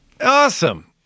Awesome